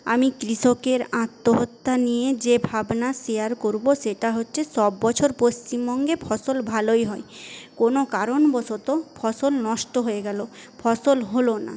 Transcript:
আমি কৃষকের আত্মহত্যা নিয়ে যে ভাবনা শেয়ার করব সেটা হচ্ছে সব বছর পশ্চিমবঙ্গে ফসল ভালোই হয় কোনো কারণবশত ফসল নষ্ট হয়ে গেল ফসল হল না